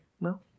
no